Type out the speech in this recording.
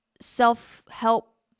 self-help